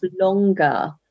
longer